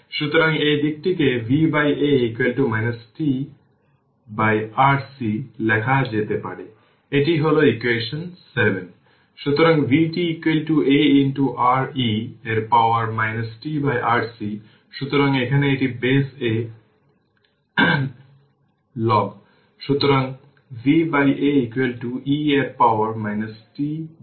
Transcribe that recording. এবং একটি 15 Ω resistor vx জুড়ে ভোল্টেজের জন্য r ক্যাপাসিটরের ভোল্টেজের ইনিশিয়াল ভ্যালু খুঁজে বের করতে হবে যেটি r 10 ভোল্ট vc 0